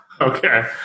Okay